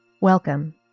Welcome